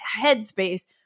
headspace